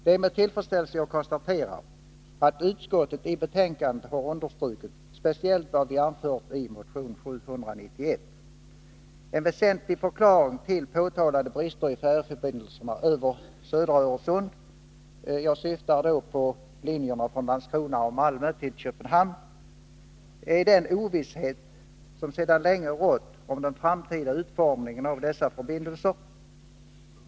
Det är med tillfredsställelse jag konstaterar att utskottet i betänkandet har understrukit speciellt vad vi anfört i motion 791. En väsentlig förklaring till påtalade brister i färjeförbindelserna över södra Öresund = jag syftar då på linjerna från Landskrona och Malmö till Köpenhamn — är den ovisshet som sedan länge rått om den framtida utformningen av dessa förbindelser.